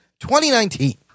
2019